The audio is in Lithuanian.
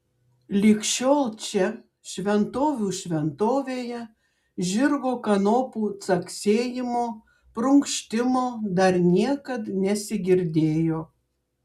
lig šiol čia šventovių šventovėje žirgo kanopų caksėjimo prunkštimo dar niekad nesigirdėjo